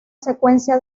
secuencia